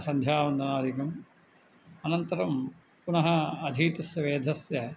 सन्ध्यावन्दनादिकम् अनन्तरं पुनः अधीतस्य वेदस्य